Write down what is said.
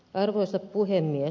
arvoisa puhemies